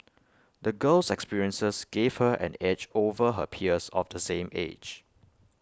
the girl's experiences gave her an edge over her peers of the same age